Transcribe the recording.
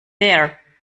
there